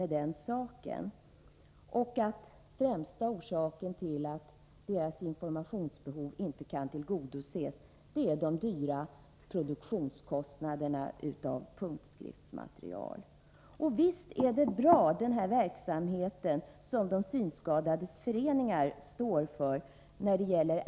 Den främsta orsaken till att deras informationsbehov inte kan tillgodoses är de höga produktionskostnaderna för punktskriftsmaterial. Visst är den verksamhet med ersättningstidskrifter som de synskadades föreningar står för bra.